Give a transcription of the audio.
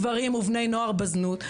גברים ובני נוער בזנות,